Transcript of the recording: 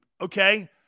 Okay